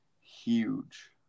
huge